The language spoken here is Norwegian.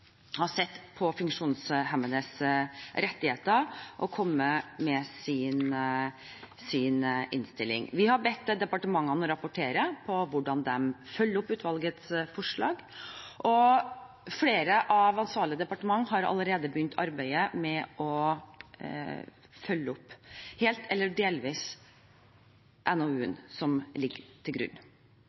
har sett på funksjonshemmedes rettigheter og kommet med sin innstilling. Vi har bedt departementet om å rapportere på hvordan de følger opp utvalgets forslag, og flere av de ansvarlige departement har allerede begynt arbeidet med følge opp, helt eller delvis, NOU-en som ligger til grunn.